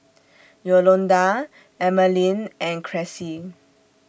Yolonda Emaline and Cressie